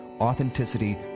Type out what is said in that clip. authenticity